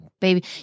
baby –